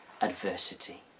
adversity